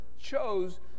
chose